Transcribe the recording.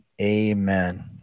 amen